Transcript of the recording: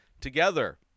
together